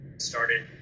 started